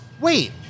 Wait